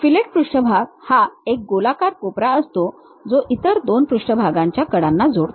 fillet पृष्ठभाग हा एक गोलाकार कोपरा असतो जो इतर दोन पृष्ठभागांच्या कडांना जोडतो